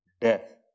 death